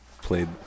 played